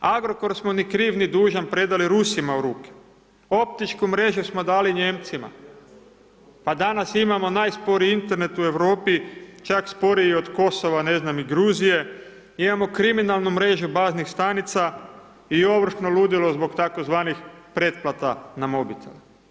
Agrokor smo, ni kriv, ni dužan, predali Rusima u ruke, optičke mreže smo dali Nijemcima, pa danas imamo najsporiji Internet u Europi, čak sporiji i od Kosova, ne znam, i Gruzije, imamo kriminalnu mrežu baznih stanica i ovršno ludilo zbog tzv. pretplata na mobitel.